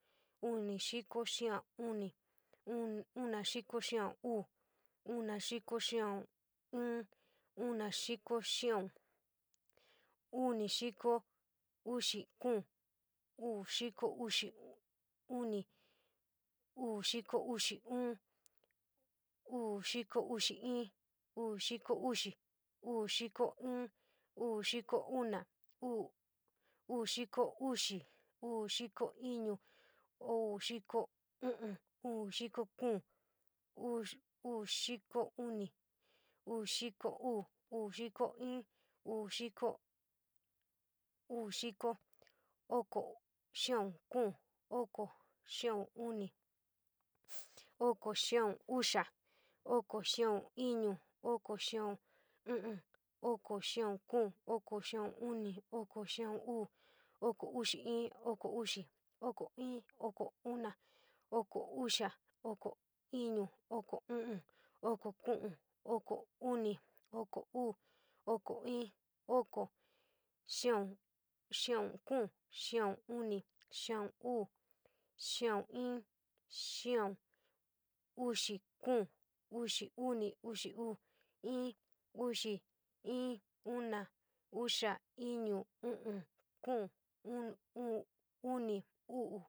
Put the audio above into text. Uni xiko xia'un uni, una xiko xia'un uu, una xiko xia'un iin, una xiko xia'un, uni xiko uxi kuun, uu xiko uxi uni, uu xiko uxi iin, uu xiko uxi, uu xiko ñuu, uu xiko una, uu xiko iin, uu xiko kuun, uu xiko u'un, uu xiko, oko xiko kuun, oko xiko, oko xia'un uni, oko xia'un uu, oko xia'un, oko ñuu, oko uni, oko uu, oko iin, oko kuun, oko u'un, oko ñuu, oko uxi, oko uxi iin, oko uxi uu, uxi kuun, uxi uni, uxi uu, uxi iin, uxi, uu, kuun, uni, uu.